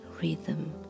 rhythm